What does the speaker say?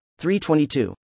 322